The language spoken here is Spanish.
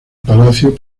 palacio